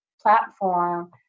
platform